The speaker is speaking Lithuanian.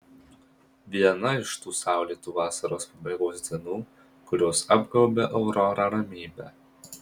viena iš tų saulėtų vasaros pabaigos dienų kurios apgaubia aurorą ramybe